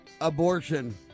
Abortion